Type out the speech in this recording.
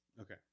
Okay